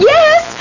Yes